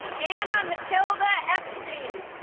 anna matilda epstein